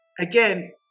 again